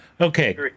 okay